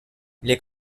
les